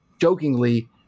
jokingly